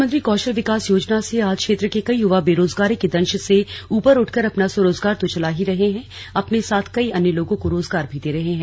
प्रधानमंत्री कोशल विकास योजना से आज क्षेत्र के कई युवा बेरोजगारी के दंश से ऊपर उठकर अपना स्वरोजगार तो चला ही रहे हैं अपने साथ कई अन्य लोगों को रोजगार भी दे रहे हैं